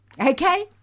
Okay